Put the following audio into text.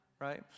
right